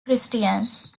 christians